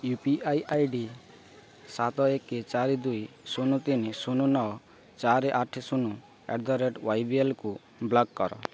you P I ID ସାତ ଏକ ଚାରି ଦୁଇ ଶୂନ ତିନି ଶୂନ ନଅ ଚାରି ଆଠ ଶୂନ ଆଟ୍ ଦ ରେଟ୍ ୱାଇବିଏଲ୍କୁ ବ୍ଲକ୍ କର